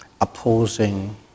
opposing